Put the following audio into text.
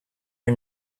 her